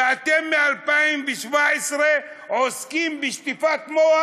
ואתם מ-2017 עוסקים בשטיפת מוח.